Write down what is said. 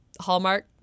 Hallmark